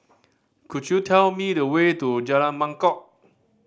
could you tell me the way to Jalan Mangkok